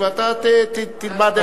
ואתה תקבע תאריך.